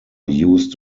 used